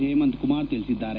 ಹೇಮಂತ್ ಕುಮಾರ್ ತಿಳಿಸಿದ್ದಾರೆ